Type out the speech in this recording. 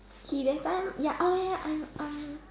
he that time ya orh ya I'm um